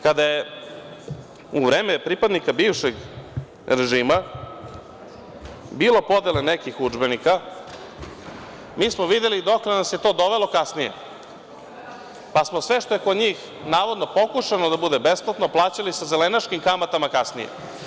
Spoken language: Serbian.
Kada je u vreme pripadnika bivšeg režima bilo podele nekih udžbenika mi smo videli dokle nas je to dovelo kasnije, pa smo sve što je kod njih navodno pokušano da bude besplatno plaćali sa zelenaškim kamatama kasnije.